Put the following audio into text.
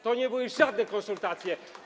To nie były żadne konsultacje.